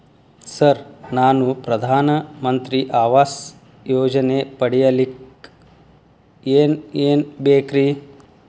Sir ನಾನು ಪ್ರಧಾನ ಮಂತ್ರಿ ಆವಾಸ್ ಯೋಜನೆ ಪಡಿಯಲ್ಲಿಕ್ಕ್ ಏನ್ ಏನ್ ಬೇಕ್ರಿ?